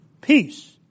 Peace